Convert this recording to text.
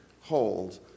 hold